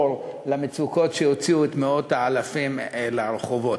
למצוקות שהוציאו את מאות האלפים לרחובות.